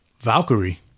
Valkyrie